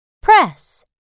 Press